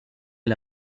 est